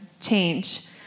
change